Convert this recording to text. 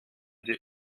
die